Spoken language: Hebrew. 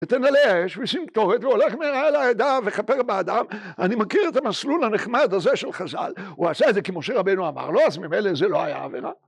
‫ותן עליה אש ושים קטורת, ‫והוא הולך מעל העדה ומכפר בעדה, ‫אני מכיר את המסלול הנחמד הזה ‫של חז״ל. ‫הוא עשה את זה כי משה רבנו אמר לו, ‫אז ממילא זה לא היה עבירה